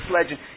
legend